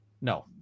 No